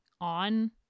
on